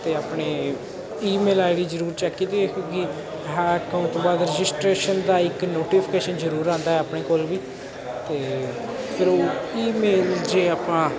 ਅਤੇ ਆਪਣੇ email ID ਜ਼ਰੂਰ ਚੈੱਕ ਕੀਤੀ ਕਿਉਂਕਿ ਹੈਕ ਹੋਣ ਤੋਂ ਬਾਅਦ ਰਜਿਸਟਰੇਸ਼ਨ ਦਾ ਇੱਕ ਨੋਟੀਫਿਕੇਸ਼ਨ ਜ਼ਰੂਰ ਆਉਂਦਾ ਆਪਣੇ ਕੋਲ ਵੀ ਅਤੇ ਫਿਰ ਉਹ ਈਮੇਲ ਜੇ ਆਪਾਂ